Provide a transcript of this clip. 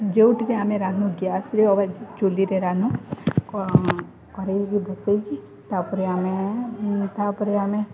ଯୋଉଥିରେ ଆମେ ରାନ୍ଧୁ ଗ୍ୟାସରେେ ଅବା ଚୁଲିରେ ରାନ୍ଧୁ କରେଇକି ବସେଇକି ତାପରେ ଆମେ ତାପରେ ଆମେ